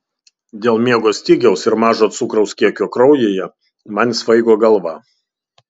dėl miego stygiaus ir mažo cukraus kiekio kraujyje man svaigo galva